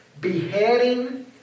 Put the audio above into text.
beheading